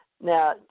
Now